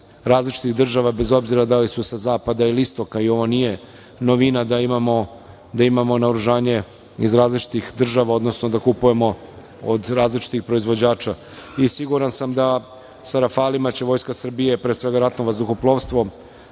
različitih država, bez obzira da li su sa zapada ili istoka. Ovo nije novina da imamo naoružanje iz različitih država, odnosno da kupujemo od različitih proizvođača. Sa "Rafalima" će vojska Srbije, pre svega ratno vazduhoplovstvo,